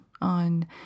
on